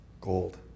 gold